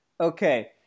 Okay